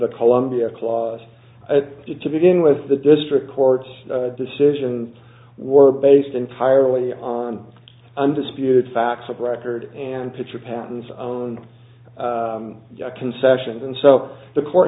the columbia clause to begin with the district court's decisions were based entirely on undisputed facts of record and pitcher patents on concessions and so the court